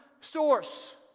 source